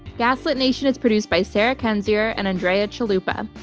gaslit nation is produced by sarah kendzior and andrea chalupa.